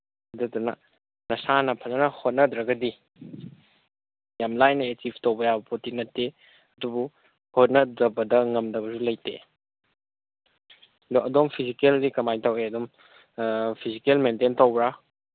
ꯑꯗꯨꯗꯨꯅ ꯅꯁꯥꯅ ꯐꯖꯅ ꯍꯣꯠꯅꯗ꯭ꯔꯒꯗꯤ ꯌꯥꯝ ꯂꯥꯏꯅ ꯑꯦꯆꯤꯞ ꯇꯧꯕ ꯌꯥꯕ ꯄꯣꯠꯇꯤ ꯅꯠꯇꯦ ꯑꯗꯨꯕꯨ ꯍꯣꯠꯅꯗꯕꯗ ꯉꯝꯗꯕꯁꯨ ꯂꯩꯇꯦ ꯑꯗꯣ ꯑꯗꯣꯝ ꯐꯤꯖꯤꯀꯦꯜꯗꯤ ꯀꯃꯥꯏꯅ ꯇꯧꯋꯤ ꯑꯗꯨꯝ ꯐꯤꯖꯤꯀꯦꯜ ꯃꯦꯟꯇꯦꯟ ꯇꯧꯕ꯭ꯔꯥ